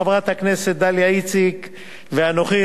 חברת הכנסת דליה איציק ואנוכי,